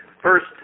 first